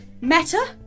meta